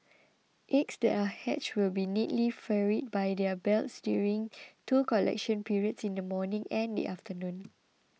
eggs that are hatched will be neatly ferried by their belts during two collection periods in the morning and the afternoon